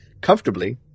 comfortably